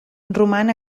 roman